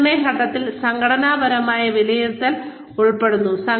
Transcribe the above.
മൂല്യനിർണ്ണയ ഘട്ടത്തിൽ സംഘടനാപരമായ വിലയിരുത്തൽ ഉൾപ്പെടുന്നു